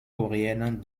coréenne